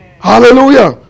Hallelujah